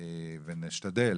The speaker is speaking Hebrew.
ונשתדל